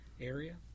area